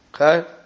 Okay